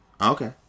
Okay